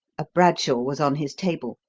a bradshaw was on his table.